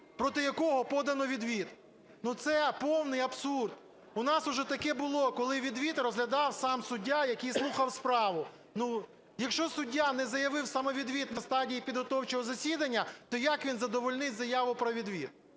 проти якого подано відвід. Це повний абсурд. У нас уже таке було, коли відвід розглядав сам суддя, який слухав справу. Якщо суддя не заявив самовідвід на стадії підготовчого засідання, то як він задовольнить заяву про відвід?